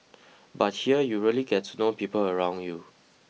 but here you really get to know people around you